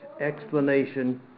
explanation